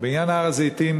בעניין הר-הזיתים,